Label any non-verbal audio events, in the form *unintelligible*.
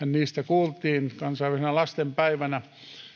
*unintelligible* niistä kuultiin kansainvälisenä lasten päivänä